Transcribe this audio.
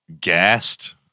gassed